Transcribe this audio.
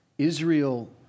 Israel